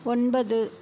ஒன்பது